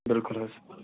بِلکُل حظ